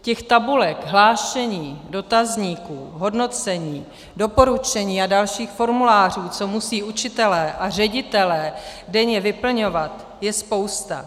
Těch tabulek, hlášení, dotazníků, hodnocení, doporučení a dalších formulářů, co musí učitelé a ředitelé denně vyplňovat, je spousta.